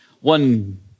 one